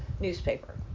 newspaper